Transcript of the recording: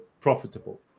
profitable